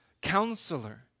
Counselor